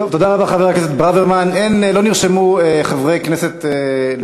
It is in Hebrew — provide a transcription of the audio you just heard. טוב, תודה רבה, חבר הכנסת ברוורמן.